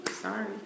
Sorry